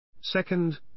Second